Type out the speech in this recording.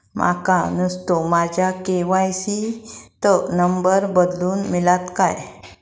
माका नुस्तो माझ्या के.वाय.सी त नंबर बदलून मिलात काय?